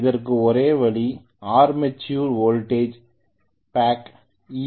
அதற்கு ஒரே வழி ஆர்மேச்சர் வோல்டேஜ் பேக் ஈ